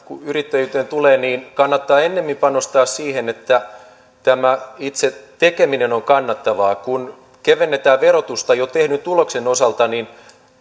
yrittäjyyteen tulee niin kannattaa ennemmin panostaa siihen että tämä itse tekeminen on kannattavaa kun kevennetään verotusta jo tehdyn tuloksen osalta niin